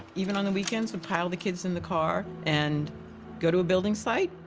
even on the weekends, and pile the kids in the car and go to a building site,